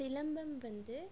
சிலம்பம் வந்து